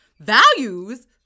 values